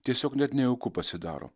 tiesiog net nejauku pasidaro